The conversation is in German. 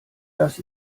das